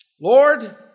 Lord